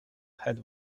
had